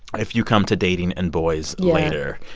if you come to dating and boys later.